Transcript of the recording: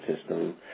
system